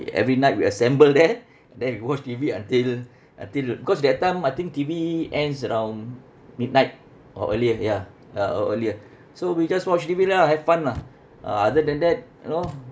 every night we assemble there then we watch T_V until until because that time I think T_V ends around midnight or earlier ya uh or earlier so we just watch T_V lah have fun lah uh other than that you know